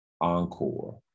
encore